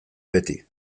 beti